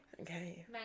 Okay